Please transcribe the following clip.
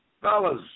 fellas